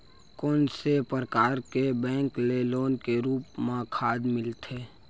कोन से परकार के बैंक ले लोन के रूप मा खाद मिलथे?